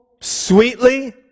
sweetly